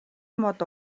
мод